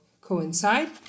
coincide